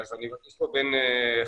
אז אני מרגיש פה בין חברים.